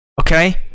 Okay